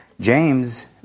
James